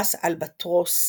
פרס אלבטרוס,